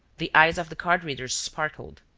the eyes of the card-reader sparkled.